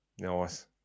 Nice